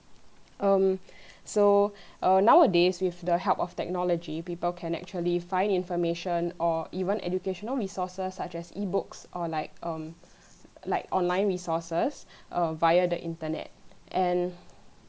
um so uh nowadays with the help of technology people can actually find information or even educational resources such as e books or like um like online resources uh via the internet and